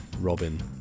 robin